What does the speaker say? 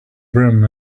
brim